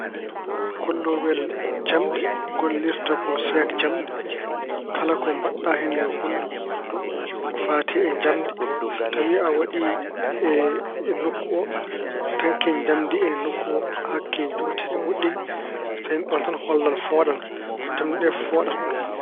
Kolloowel jamɗe gollirta ko seekjamɗe. Kala ko mbaɗa hen yo hollu, ko fayti e njamndi, so tawi a waɗi e nokku tanke njamndi ndi ene nokku o hakke njuuteeki woɗɗuki, so tawi ene ɗoon tan hollan, fooɗan. Ko jamɗe ɗe fooɗata ɗum.